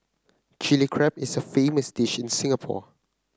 Chilli Crab is a famous dish in Singapore